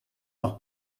noch